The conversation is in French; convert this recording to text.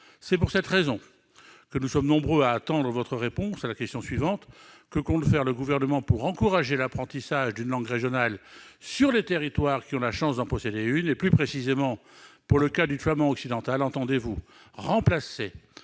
C'est la raison pour laquelle nous sommes nombreux à attendre votre réponse à la question suivante : que compte faire le Gouvernement pour encourager l'apprentissage des langues régionales sur les territoires qui ont la chance d'en posséder une ? Plus précisément, pour le cas du flamand occidental, entendez-vous remplacer